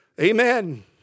Amen